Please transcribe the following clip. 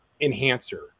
enhancer